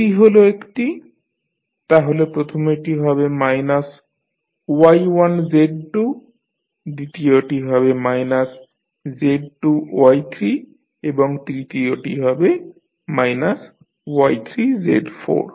এটি হল একটি তাহলে প্রথমেরটি হবে মাইনাস Y1 Z2 দ্বিতীয়টি হবে মাইনাস Z2 Y3 এবং তৃতীয়টি হবে মাইনাস Y3 Z4